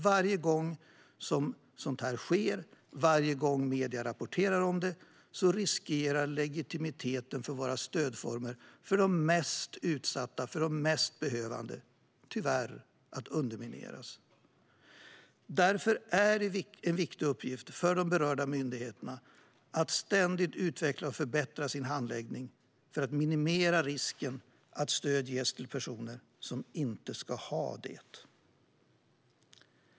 Varje gång sådant sker, och varje gång medier rapporterar om det, riskerar legitimiteten för stödformerna för de mest utsatta och de mest behövande tyvärr att undermineras. Det är därför en viktig uppgift för de berörda myndigheterna att ständigt utveckla och förbättra sin handläggning för att minimera risken att stöd ges till personer som inte ska ha det.